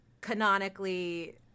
canonically